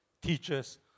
teachers